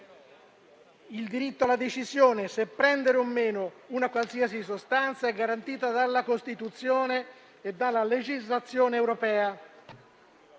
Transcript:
Il diritto alla decisione se assumere o meno una qualsiasi sostanza è garantito dalla Costituzione e dalla legislazione europea